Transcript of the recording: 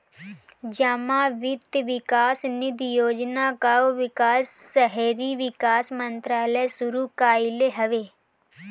जमा वित्त विकास निधि योजना कअ विकास शहरी विकास मंत्रालय शुरू कईले हवे